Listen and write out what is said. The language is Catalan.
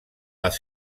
les